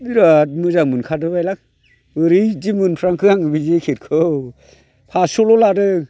बिराद मोजां मोनखादोंलै आं बोरैदि मोनफ्रांखो आङो बे जेकेटखौ फास्स'ल' लादों